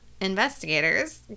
investigators